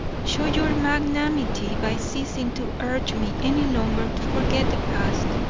show your magnanimity by ceasing to urge me any longer to forget the past.